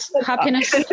happiness